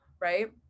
right